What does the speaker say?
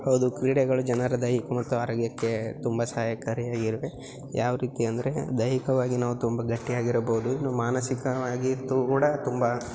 ಹೌದು ಕ್ರೀಡೆಗಳು ಜನರ ದೈಹಿಕ ಮತ್ತು ಆರೋಗ್ಯಕ್ಕೆ ತುಂಬ ಸಹಾಯಕಾರಿಯಾಗಿವೆ ಯಾವ ರೀತಿ ಅಂದರೆ ದೈಹಿಕವಾಗಿ ನಾವು ತುಂಬ ಗಟ್ಟಿಯಾಗಿರಬಹುದು ಇನ್ನು ಮಾನಸಿಕವಾಗಿದ್ದು ಕೂಡ ತುಂಬ